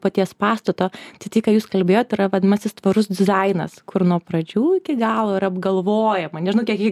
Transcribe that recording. paties pastato tai tai ką jūs kalbėjot yra vadimasis tvarus dizainas kur nuo pradžių iki galo yra apgalvojama nežinau kiek jie